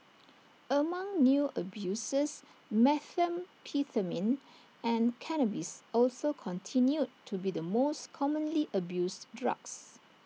among new abusers methamphetamine and cannabis also continued to be the most commonly abused drugs